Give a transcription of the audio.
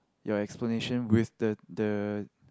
your explanation with the the